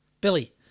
Billy